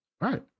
Right